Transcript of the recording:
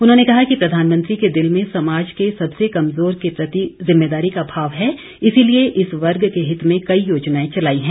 उन्होंने कहा कि प्रधानमंत्री के दिल में समाज के सबसे कमजोर के प्रति जिम्मेदारी का भाव है इसीलिए इस वर्ग के हित में कई योजनाएं चलाई है